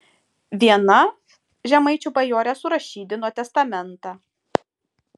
viena žemaičių bajorė surašydino testamentą